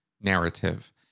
narrative